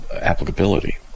applicability